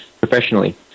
professionally